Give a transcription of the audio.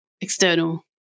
external